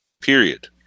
Period